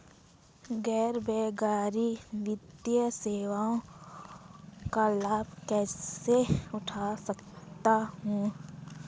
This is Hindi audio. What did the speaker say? गैर बैंककारी वित्तीय सेवाओं का लाभ कैसे उठा सकता हूँ?